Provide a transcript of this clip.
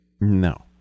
no